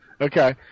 Okay